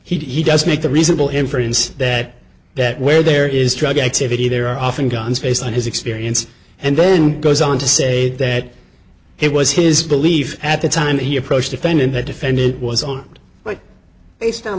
he does make the reasonable inference that that where there is drug activity there are often guns based on his experience and then goes on to say that it was his belief at the time he approached defendant that defendant was on but based on